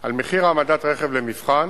על מחיר העמדת רכב למבחן